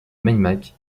meymac